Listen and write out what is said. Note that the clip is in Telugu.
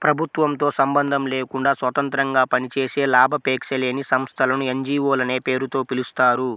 ప్రభుత్వంతో సంబంధం లేకుండా స్వతంత్రంగా పనిచేసే లాభాపేక్ష లేని సంస్థలను ఎన్.జీ.వో లనే పేరుతో పిలుస్తారు